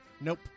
Nope